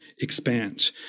expand